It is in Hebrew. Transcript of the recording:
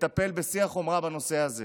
לטפל בשיא החומרה בנושא הזה.